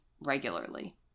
regularly